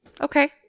okay